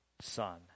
son